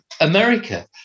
America